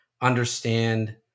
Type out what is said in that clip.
understand